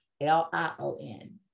L-I-O-N